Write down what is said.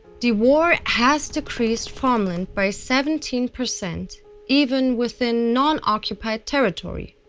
the war has decreased farmland by seventeen percent even within non-occupied territory.